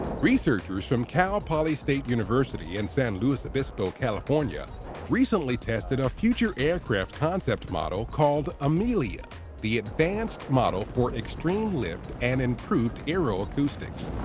researchers from cal-poly state university in san luis obispo, california recently tested a future aircraft concept model called amelia the advanced model for extreme lift and improved aeroacoustics.